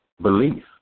belief